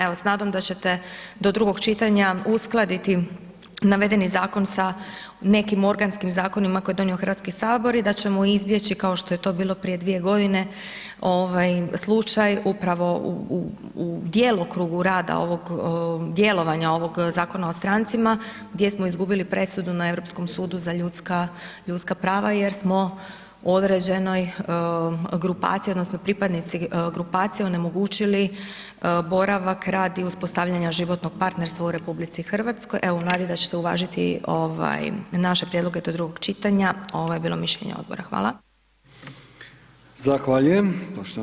Evo s nadom da ćete do drugog čitanja uskladiti navedeni zakon sa nekim organskim zakonima koje je donio Hrvatski sabor i da ćemo izbjeći kao što je to bilo prije dvije godine slučaju upravo u djelokrugu rada ovog djelovanja ovog Zakona o strancima gdje smo izgubili presudu na Europskom sudu za ljudska prava jer smo određenoj grupaciji odnosno pripadnici grupacije onemogućili boravak, rad i uspostavljanje životnog partnerstva u RH u nadi da ćete uvažiti naše prijedloge do drugog čitanja ovo je bilo mišljenje odbora.